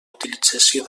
utilització